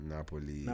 Napoli